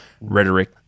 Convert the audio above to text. rhetoric